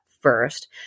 first